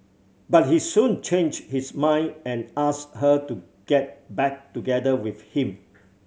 but he soon change his mind and ask her to get back together with him